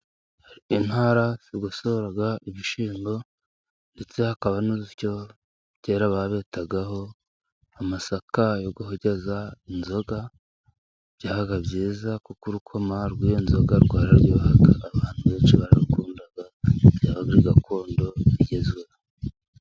Intara igosora ibishyimbo ,ndetse hakaba n'urusyo kera babetagaho amasaka yo kubeteza inzoga ,byabaga byiza kuko urukoma rw'iyo nzoga rwararyohaga ,abantu benshi bararukundaga byabaga ari gakondo igezweho.